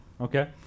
Okay